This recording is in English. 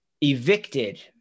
evicted